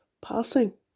passing